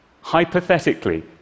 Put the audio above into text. Hypothetically